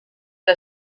que